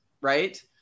Right